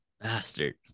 Bastard